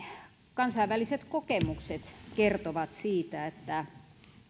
kansainväliset kokemukset kertovat siitä että